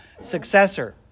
successor